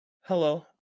Hello